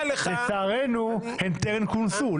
לצערנו הן טרם כונסו.